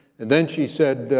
and then she said,